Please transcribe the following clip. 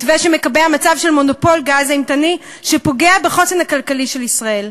מתווה שמקבע מצב של מונופול גז אימתני שפוגע בחוסן הכלכלי של ישראל.